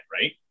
right